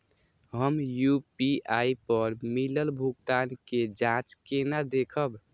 हम यू.पी.आई पर मिलल भुगतान के जाँच केना देखब?